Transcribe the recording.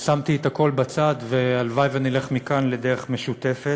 שמתי את הכול בצד, והלוואי שנלך מכאן לדרך משותפת.